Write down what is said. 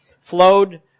flowed